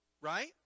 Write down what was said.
Right